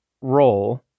role